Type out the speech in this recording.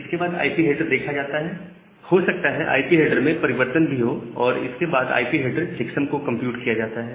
इसके बाद IP header देखा जाता है हो सकता है आईपी हेडर में परिवर्तन भी हो और इसके बाद आईपी हेडर चेक्सम को कंप्यूट किया जाता है